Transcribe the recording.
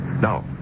No